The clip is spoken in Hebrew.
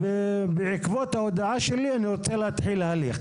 ובעקבות ההודעה הזאת אתה רוצה להתחיל הליך.